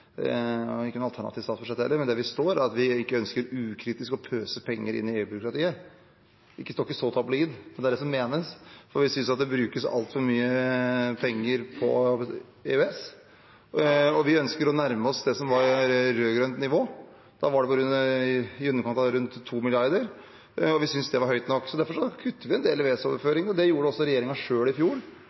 og ikke i noe alternativt statsbudsjett heller. Det det står, er at vi ikke ønsker ukritisk å pøse penger inn i EU-byråkratiet. Det står ikke så tabloid, men det er det som menes, for vi synes at det brukes altfor mye penger på EØS, og vi ønsker å nærme oss det som var rød-grønt nivå. Da var det på i underkant av 2 mrd. kr. Vi synes det var høyt nok, så derfor kutter vi en del i EØS-overføring. Det gjorde også regjeringen selv i fjor,